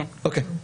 אוקי.